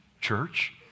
church